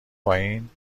پایین